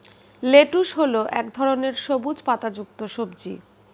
lettuce হল এক ধরনের সবুজ পাতাযুক্ত সবজি